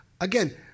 Again